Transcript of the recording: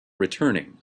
returning